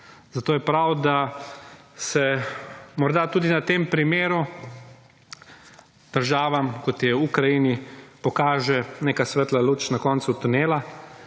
Zato je prav, da se morda tudi na tem primeru državam, kot je Ukrajini, pokaže neka svetla luč na koncu tunela,